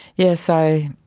yes, i